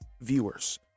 viewers